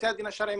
בתי הדין השרעיים